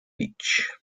beach